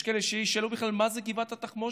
יש כאלה שישאלו בכלל מה זה גבעת התחמושת,